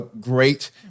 great